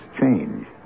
change